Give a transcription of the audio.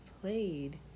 played